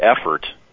effort